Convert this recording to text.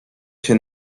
się